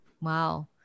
Wow